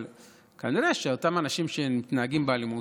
אבל כנראה שאותם אנשים שמתנהגים באלימות